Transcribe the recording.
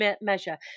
measure